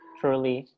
truly